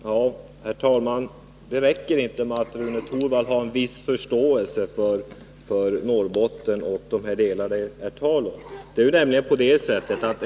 Herr talman! Det räcker inte med att Rune Torwald har en viss förståelse för Norrbotten och för de områden som det här är tal om.